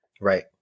Right